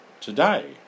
today